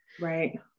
Right